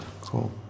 Cool